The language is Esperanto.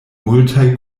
multaj